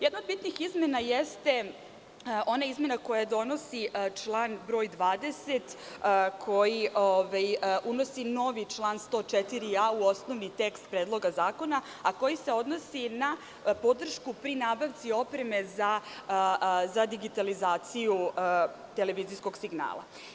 Jedna od bitnih izmena jeste ona izmena koju donosi član 20, koji unosi novi član 104a u osnovni tekst Predloga zakona, a koji se odnosi na podršku pri nabavci opreme za digitalizaciju televizijskog signala.